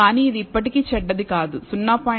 కాని ఇది ఇప్పటికీ చెడ్డది కాదు 0